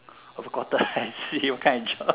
of a quarter I see what kind of job